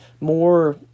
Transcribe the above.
more